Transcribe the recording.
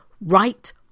right